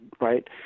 right